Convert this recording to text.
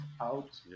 out